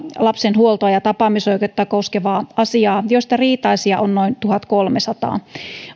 lapsen huoltoa ja tapaamisoikeutta koskevaa asiaa joista riitaisia on noin tuhatkolmesataa